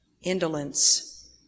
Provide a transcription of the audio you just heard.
indolence